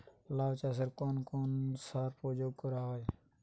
লাউ চাষে কোন কোন সার প্রয়োগ করা হয়?